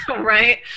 right